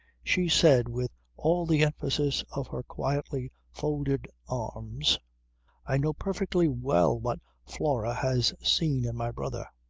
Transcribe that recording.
she said with all the emphasis of her quietly folded arms i know perfectly well what flora has seen in my brother.